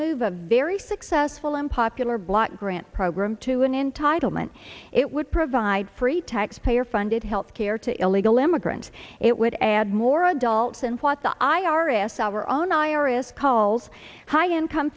move a very successful and popular block grant program to an entitlement it would provide free taxpayer funded health care to illegal immigrants it would add more adults and what the i r s our own i r s calls high income